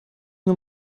nur